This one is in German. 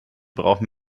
brauchen